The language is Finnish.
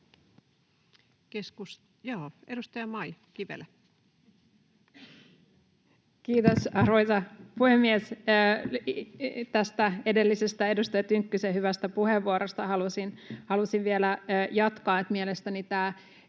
18:48 Content: Kiitos, arvoisa puhemies! Edellisestä edustaja Tynkkysen hyvästä puheenvuorosta halusin vielä jatkaa,